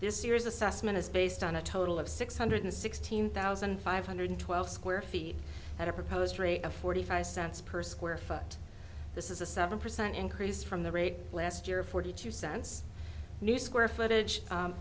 this year's assessment is based on a total of six hundred sixteen thousand five hundred twelve square feet at a proposed rate of forty five cents per square foot this is a seven percent increase from the rate last year forty two cents new square footage